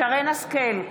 שרן מרים השכל,